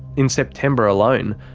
in september alone,